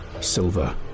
silver